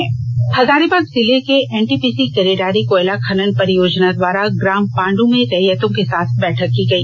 बैठक हजारीबाग जिले के एनटीपीसी केरेडारी कोयला खनन परियोजना द्वारा ग्राम पांडु में रैयतों के साथ बैठक की गई